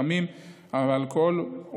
סמים ואלכוהול,